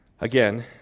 again